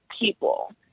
people